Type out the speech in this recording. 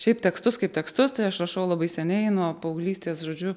šiaip tekstus kaip tekstus tai aš rašau labai seniai nuo paauglystės žodžiu